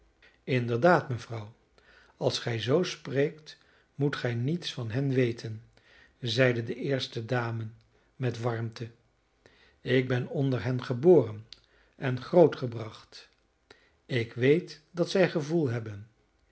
inderdaad mevrouw als gij zoo spreekt moet gij niets van hen weten zeide de eerste dame met warmte ik ben onder hen geboren en grootgebracht ik weet dat zij gevoel hebben een